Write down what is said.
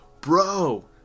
bro